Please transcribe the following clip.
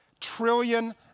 trillion